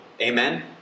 Amen